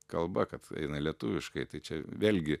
kalba kad eina lietuviškai tai čia vėlgi